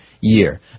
year